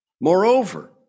Moreover